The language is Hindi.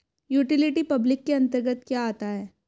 यूटिलिटी पब्लिक के अंतर्गत क्या आता है?